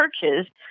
churches